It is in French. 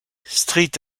street